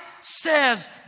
says